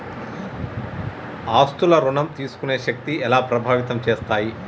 ఆస్తుల ఋణం తీసుకునే శక్తి ఎలా ప్రభావితం చేస్తాయి?